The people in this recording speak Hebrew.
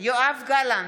יואב גלנט,